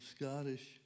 Scottish